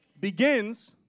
begins